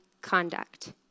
conduct